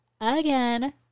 Again